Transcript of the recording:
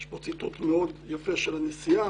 יש פה ציטוט מאוד יפה של הנשיאה,